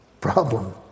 problem